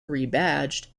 rebadged